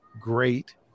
great